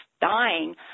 dying